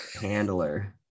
handler